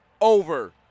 over